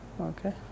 Okay